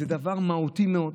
זה דבר מהותי מאוד,